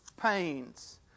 Pains